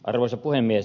arvoisa puhemies